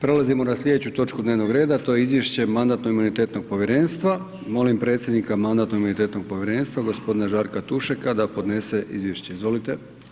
Prelazimo na slijedeću točku dnevnog reda a to je: - Izvješće Mandatno-imunitetnog povjerenstva Molim predsjednika Mandatno-imunitetnog povjerenstva, g. Žarka Tušeka da podnese izvješće, izvolite.